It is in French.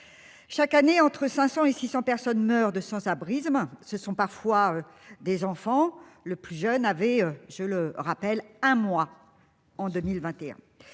Chaque année entre 500 et 600 personnes meurent de sans-abrisme. Ce sont parfois. Des enfants le plus jeune avait je le rappelle un mois en 2021.